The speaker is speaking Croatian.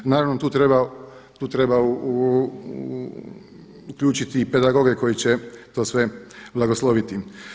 Naravno tu treba uključiti i pedagoge koji će to sve blagosloviti.